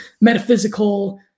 metaphysical